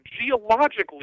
geologically